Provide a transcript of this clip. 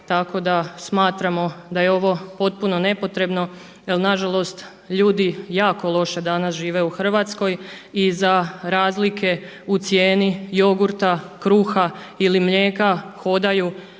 tako da smatramo da je ovo potpuno nepotrebno jer nažalost ljudi jako loše danas žive u Hrvatskoj i za razlike u cijeni jogurta, kruha ili mlijeka hodaju